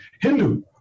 Hindu